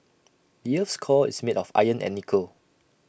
the Earth's core is made of iron and nickel